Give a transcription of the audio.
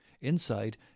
Inside